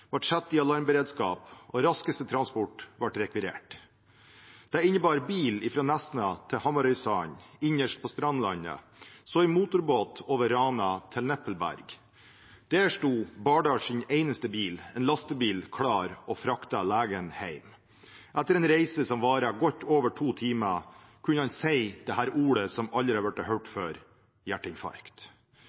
satt i alarmberedskap, og raskeste transport ble rekvirert. Det innebar bil fra Nesna til Hamarøysand, innerst på Strandlandet, så motorbåt over Ranafjorden til Neppelberg. Der sto Bardals eneste bil klar, en lastebil, og fraktet legen hjem. Etter en reise som varte godt over to timer, kunne han si det ordet som aldri hadde blitt hørt før: